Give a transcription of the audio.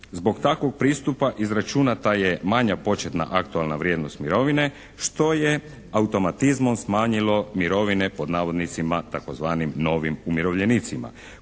Zbog takvog pristupa izračunata je manja početna aktualna vrijednost mirovine što je automatizmom smanjilo mirovine tzv. "novim umirovljenicima"